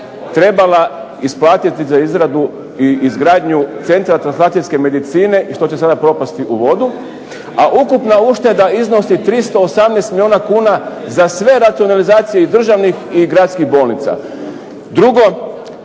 trebala isplatiti za izradu i izgradnju Centra ... medicine i što će sada propasti u vodu. A ukupna ušteda iznosi 318 milijuna kuna za sve racionalizacije i državnih i gradskih bolnica. Drugo,